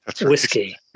whiskey